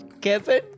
Kevin